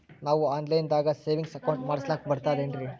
ನಾವು online ದಾಗ savings account ಮಾಡಸ್ಲಾಕ ಬರ್ತದೇನ್ರಿ?